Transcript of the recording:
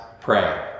pray